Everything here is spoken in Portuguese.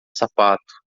sapato